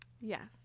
Yes